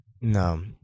no